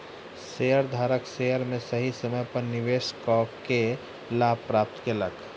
शेयरधारक शेयर में सही समय पर निवेश कअ के लाभ प्राप्त केलक